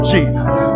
Jesus